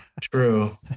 True